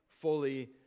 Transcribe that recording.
fully